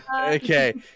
okay